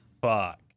fuck